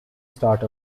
start